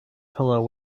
pillow